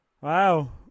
Wow